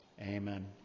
Amen